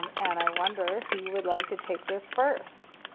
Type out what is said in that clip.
and i wonder who would like to take this first.